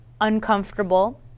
uncomfortable